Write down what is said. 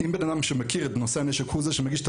אם בן אדם שמכיר את נושא הנשק הוא זה שמגיש את